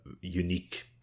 unique